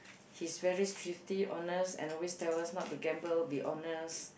he's very thrifty honest and always tell us not to gamble be honest